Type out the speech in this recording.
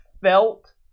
felt